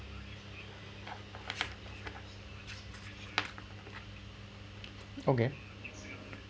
okay